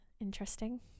Interesting